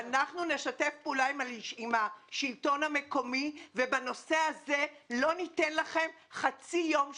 אנחנו נשתף פעולה עם השלטון המקומי ובנושא הזה לא ניתן לכם חצי יום שקט,